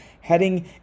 heading